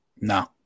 No